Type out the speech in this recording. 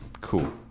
Cool